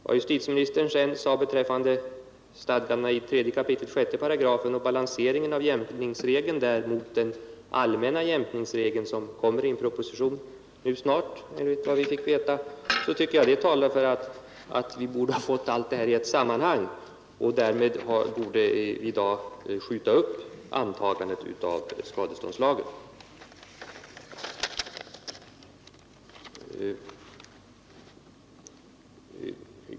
Vad justitieministern sedan sade beträffande stadgandena i 3 kapitlet 6 § och balanseringen av jämkningsregeln där mot den allmänna jämkningsregeln som kommer i proposition nu snart enligt vad vi fått veta, så tycker jag det talar för att vi borde ha fått allt det här i ett sammanhang, och därmed borde vi i dag skjuta upp antagandet av skadeståndslagen.